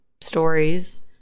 stories